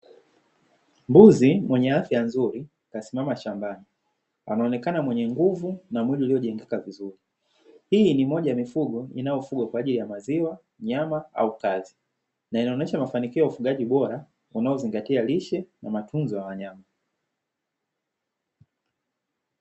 Mbuzi mwenye afya nzuri kasimama shambani, anaonekana mwenye nguvu na mwili uliojengekea vizuri. Hii ni moja ya mifugo inayofugwa kwa ajili ya maziwa, nyama au kazi. Na inaonyesha mafanikio ya ufugaji bora, unaozingatia lishe na matunzo ya wanyama.